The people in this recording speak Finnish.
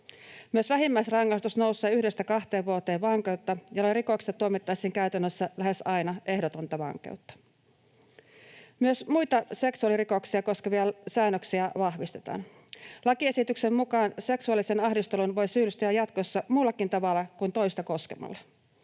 Myös vähimmäisrangaistus nousee yhdestä kahteen vuoteen vankeutta, jolloin rikoksesta tuomittaisiin käytännössä lähes aina ehdotonta vankeutta. Myös muita seksuaalirikoksia koskevia säännöksiä vahvistetaan. Lakiesityksen mukaan seksuaaliseen ahdisteluun voi syyllistyä jatkossa muullakin tavalla kuin toista koskemalla.